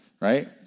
Right